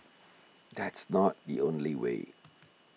that's not the only way